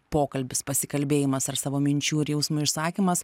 pokalbis pasikalbėjimas ar savo minčių ir jausmų išsakymas